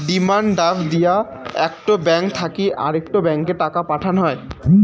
demand draft দিয়া একটো bank থাকি আরেকটো ব্যাংকে টাকা পাঠান হই